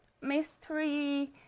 mystery